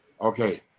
Okay